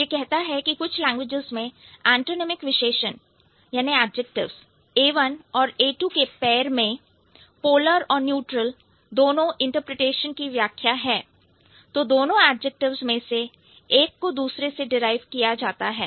यह कहता है कि कुछ लैंग्वेजेज़ में एंटोनिमिक विशेषण एडजेक्टिव्स A1और A2 के pair में पोलर और न्यूट्रल दोनों इंटरप्रिटेशन की व्याख्या है तो दोनों एडजेक्टिव्स में से एक को दूसरे से डिराइव किया जाता है